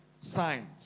sign